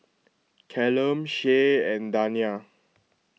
Callum Shae and Dania